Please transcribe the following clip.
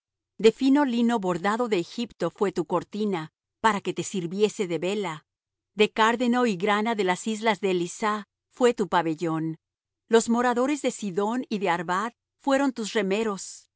fino lino bordado de egipto fué tu cortina para que te sirviese de vela de cárdeno y grana de las islas de elisah fué tu pabellón los moradores de sidón y de arvad fueron tus remeros